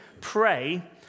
pray